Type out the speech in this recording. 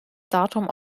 datum